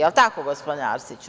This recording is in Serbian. Jel tako, gospodine Arsiću?